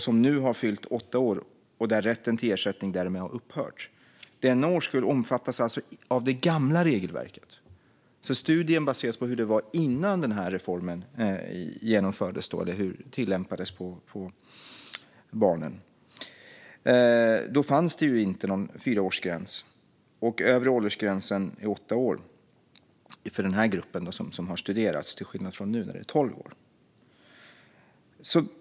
De hade fyllt åtta år, och rätten till ersättning hade därmed upphört. Denna årskull omfattades alltså av det gamla regelverket; studien baserades på hur det var innan den här reformen genomfördes och tillämpades på barnen. Då fanns det inte någon fyraårsgräns. Den övre åldersgränsen för den grupp som studerades var åtta år, till skillnad från nu när gränsen är tolv år.